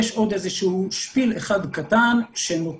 יש עוד איזה שהוא שפיל אחד קטן שנותר,